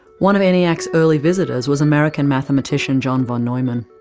one of eniac's early visitors was american mathematician john von neumann.